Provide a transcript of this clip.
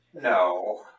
No